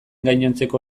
gainontzeko